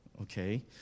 okay